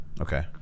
okay